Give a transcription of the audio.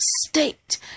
state